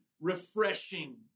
refreshing